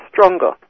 stronger